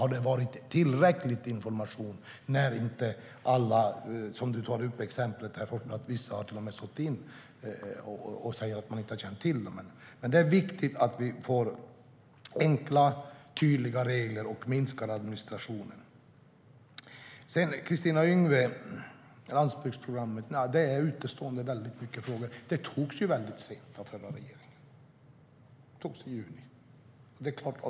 Har det varit tillräcklig information om, som Anders Forsberg tar upp i exemplet, vissa säger att de inte har känt till dem? Det är viktigt att vi får enkla och tydliga regler och minskar administrationen. Kristina Yngwe tog upp landsbygdsprogrammet. Där finns väldigt många utestående frågor. Det antogs väldigt sent av den förra regeringen i juni.